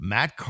Matt